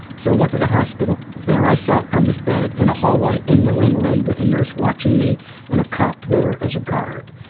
so i went to the hospital. there i sat on this bed in a hallway, in new england, with a nurse watching me and a cop there as a guard.